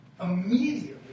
Immediately